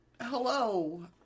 Hello